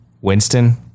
Winston